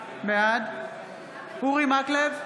בעד אורי מקלב,